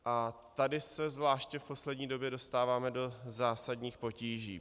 A tady se zvláště v poslední době dostáváme do zásadních potíží.